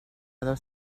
dos